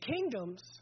kingdoms